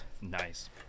Nice